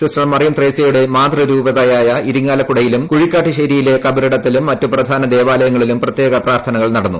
sister Mariam ത്രേസ്യയുടെ മാതൃ രൂപതയായ ഇരിങ്ങാലക്കുടയിലും കൂഴിക്കാട്ട് ശേരിയിലെ കബറിടത്തിലും മറ്റ് പ്രധാന ദേവാലയങ്ങളിലും പ്രത്യേക പ്രാർത്ഥനകൾ നടന്നു